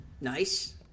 Nice